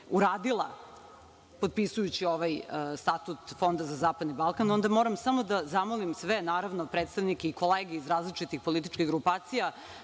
uradila potpisujući ovaj Statut Fonda za zapadni Balkan, onda moram samo da zamolim sve naravno predstavnike i kolege iz različitih političkih grupacija